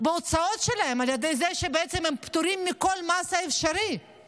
בהוצאות שלהם בכך שבעצם הם פטורים מכל מס אפשרי,